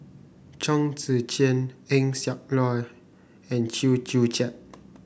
Chong Tze Chien Eng Siak Loy and Chew Joo Chiat